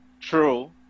True